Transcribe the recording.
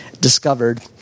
discovered